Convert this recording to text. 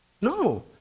No